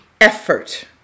effort